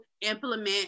implement